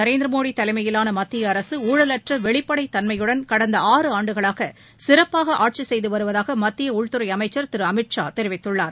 நரேந்திரமோடி தலைமையிலான மத்திய பிரதமர் கிரு வெளிப்படைத்தன்மையுடன் கடந்த ஆறாண்டுகளாக சிறப்பாக ஆட்சி செய்து வருவதாக மத்திய உள்துறை அமைச்சர் திரு அமித் ஷா தெரிவித்துள்ளார்